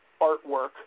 artwork